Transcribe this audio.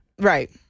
Right